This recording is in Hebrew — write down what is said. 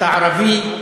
אתה ערבי,